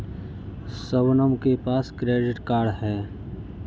शबनम के पास credit card है